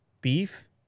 beef